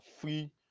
free